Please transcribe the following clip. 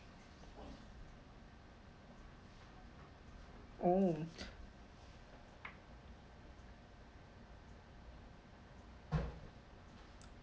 oh